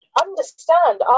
understand